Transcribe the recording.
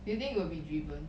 do you think we will be driven